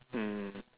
mm